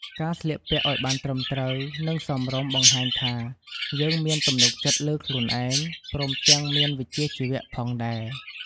ការស្លៀកពាក់ឱ្យបានត្រឹមត្រូវ និងសមរម្យបង្ហាញថា យើងមានទំនុកចិត្តលើខ្លួនឯង ព្រមទាំងមានវិជ្ជាជីវៈផងដែរ។